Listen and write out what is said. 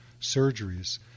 surgeries